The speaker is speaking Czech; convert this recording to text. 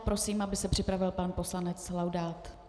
Prosím, aby se připravil pan poslanec Laudát.